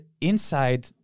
inside